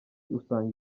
usanga